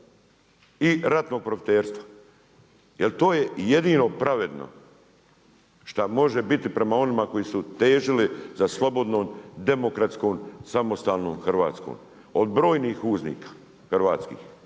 i ratnog profiterstva. Jer to je djedino pravedno šta može biti prema onima koji su težili za slobodnom, demokratskom, samostalnom Hrvatskom od brojnih uznika hrvatskih